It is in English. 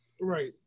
right